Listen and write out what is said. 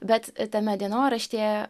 bet tame dienoraštyje